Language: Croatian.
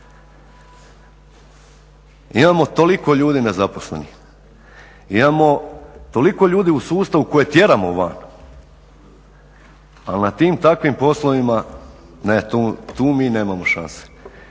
Imamo toliko ljudi nezaposlenih, imamo toliko ljudi u sustavu koje tjeramo van, ali na tim takvim poslovima ne tu mi nemamo šanse,